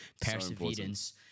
perseverance